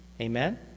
Amen